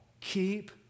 keep